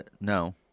no